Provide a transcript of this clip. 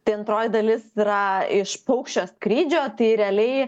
tai antroji dalis yra iš paukščio skrydžio tai realiai